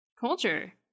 culture